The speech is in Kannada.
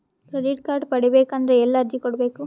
ಕ್ರೆಡಿಟ್ ಕಾರ್ಡ್ ಪಡಿಬೇಕು ಅಂದ್ರ ಎಲ್ಲಿ ಅರ್ಜಿ ಕೊಡಬೇಕು?